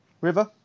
River